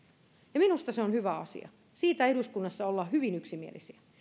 ja minusta se on hyvä asia siitä eduskunnassa ollaan hyvin yksimielisiä